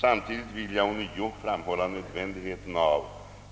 Samtidigt vill jag ånyo framhålla nödvändigheten av